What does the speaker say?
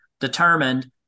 determined